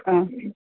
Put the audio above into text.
हा